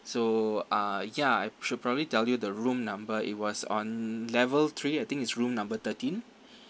so uh ya I should probably tell you the room number it was on level three I think it's room number thirteen